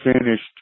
finished